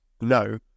No